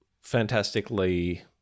fantastically